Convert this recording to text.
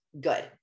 Good